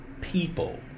people